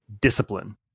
discipline